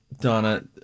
Donna